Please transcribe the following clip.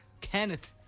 Kenneth